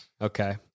Okay